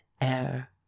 air